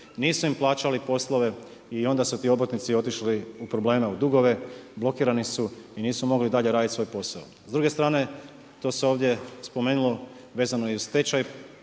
nisu im plaćali poslove i onda su ti obrtnici otišli u probleme, u dugove, blokirani su i nisu mogli dalje raditi svoj posao. S druge strane to sam ovdje spomenulo, vezao i uz stečaj